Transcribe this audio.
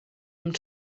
amb